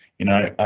you know.